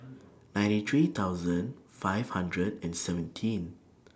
ninety three thousand five hundred and seventeen